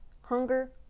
hunger